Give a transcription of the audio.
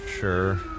sure